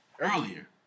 earlier